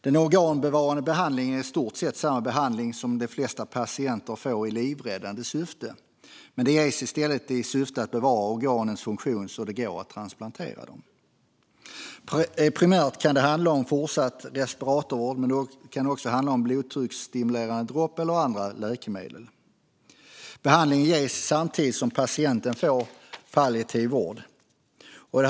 Den organbevarande behandlingen är i stort sett samma behandling som de flesta patienter får i livräddande syfte, men den ges i stället i syfte att bevara organens funktion, så att de går att transplantera. Primärt kan det handla om fortsatt respiratorvård, men det kan också handla om blodtrycksstimulerande dropp och andra läkemedel. Behandlingen ges samtidigt som patienten får palliativ vård.